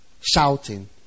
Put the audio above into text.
Shouting